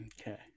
Okay